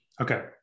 Okay